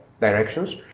directions